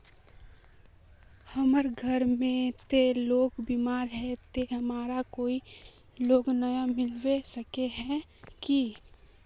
हमर घर में ते लोग बीमार है ते हमरा कोई लोन नय मिलबे सके है की?